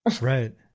Right